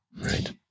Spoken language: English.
Right